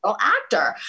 actor